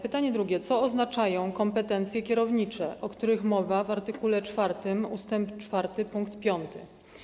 Pytanie drugie: Co oznaczają „kompetencje kierownicze”, o których mowa w art. 4 ust. 4 pkt 5?